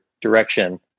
direction